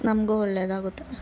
ನಮಗೂ ಒಳ್ಳೆಯದಾಗುತ್ತೆ